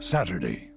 Saturday